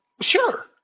Sure